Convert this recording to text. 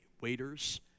waiters